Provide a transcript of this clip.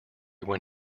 when